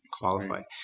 qualified